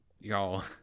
y'all